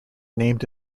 named